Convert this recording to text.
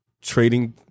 trading